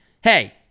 hey